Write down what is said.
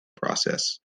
process